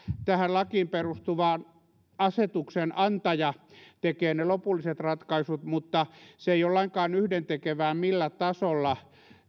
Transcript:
tähän lakiin perustuvan asetuksen antaja tekee ne lopulliset ratkaisut mutta se ei ole lainkaan yhdentekevää millä tasolla